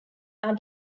are